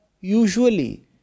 usually